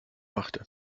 machte